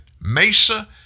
Mesa